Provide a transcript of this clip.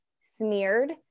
smeared